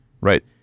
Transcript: right